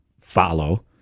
follow